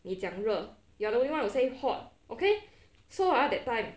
你讲热 you are the only one who say hot okay so ah that time